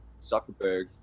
zuckerberg